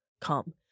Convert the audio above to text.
Come